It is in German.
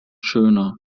schöner